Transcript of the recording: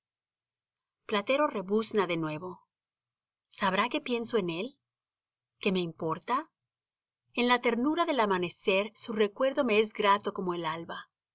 platero rebuzna de nuevo sabrá que pienso en él qué me importa en la ternura del amanecer su recuerdo me es grato como el alba